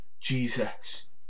Jesus